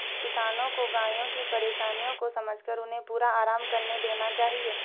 किसानों को गायों की परेशानियों को समझकर उन्हें पूरा आराम करने देना चाहिए